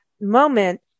moment